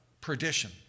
perdition